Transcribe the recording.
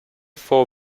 four